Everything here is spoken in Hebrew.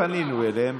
פנינו אליהם,